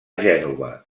gènova